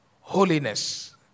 holiness